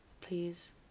Please